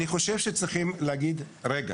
אני חושב שצריכים להגיד: רגע,